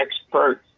experts